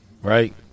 Right